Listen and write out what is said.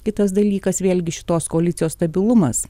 kitas dalykas vėlgi šitos koalicijos stabilumas